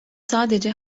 sadece